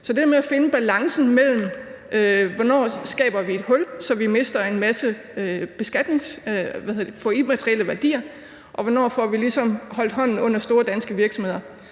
er det med at finde balancen mellem, hvornår vi skaber et hul, så vi mister en masse beskatning på immaterielle værdier, og hvornår vi ligesom får holdt hånden under store danske virksomheder.